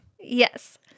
Yes